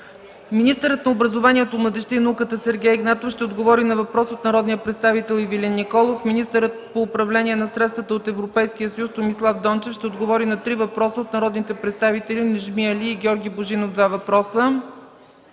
Министърът на образованието, младежта и науката Сергей Игнатов ще отговори на въпрос от народния представител Ивелин Николов. 9. Министърът по управление на средствата от Европейския съюз Томислав Дончев ще отговори на три въпроса от народните представители Неджми Али, и Георги Божинов – два въпроса,